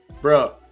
bro